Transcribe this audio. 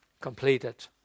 completed